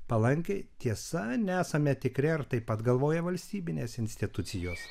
palankiai tiesa nesame tikri ar taip pat galvoja valstybinės institucijos